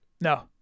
No